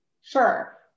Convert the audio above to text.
Sure